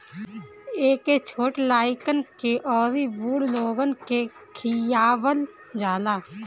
एके छोट लइकन के अउरी बूढ़ लोगन के खियावल जाला